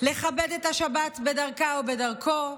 לכבד את השבת בדרכה או בדרכו.